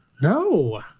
no